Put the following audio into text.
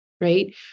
right